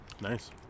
Nice